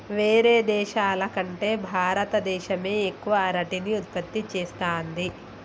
వేరే దేశాల కంటే భారత దేశమే ఎక్కువ అరటిని ఉత్పత్తి చేస్తంది